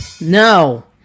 No